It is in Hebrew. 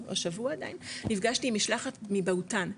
או השבוע נפגשתי עם משלחת מבהוטן,